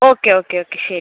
okay okay okay okay